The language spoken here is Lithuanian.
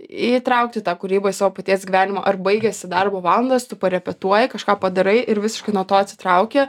įtraukti tą kūrybą į savo paties gyvenimą ar baigėsi darbo valandas tu parepetuoji kažką padarai ir visiškai nuo to atsitrauki